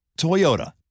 Toyota